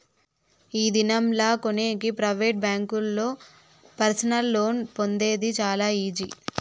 ఈ దినం లా కొనేకి ప్రైవేట్ బ్యాంకుల్లో పర్సనల్ లోన్ పొందేది చాలా ఈజీ